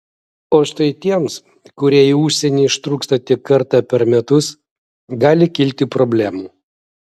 o štai tiems kurie į užsienį ištrūksta tik kartą per metus gali kilti problemų